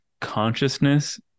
consciousness